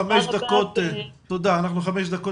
תודה חוה.